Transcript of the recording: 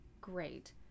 great